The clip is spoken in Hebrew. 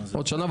בעוד שנה,